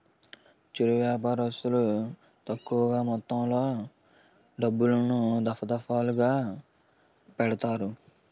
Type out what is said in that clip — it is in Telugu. చిరు వ్యాపారస్తులు తక్కువ మొత్తంలో డబ్బులను, దఫాదఫాలుగా పెడతారు